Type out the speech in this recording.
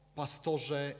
pastorze